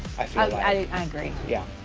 i feel like. i agree. yeah.